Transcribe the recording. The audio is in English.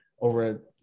over